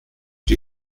die